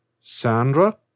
Sandra